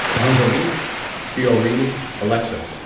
angelique fiorini alexos,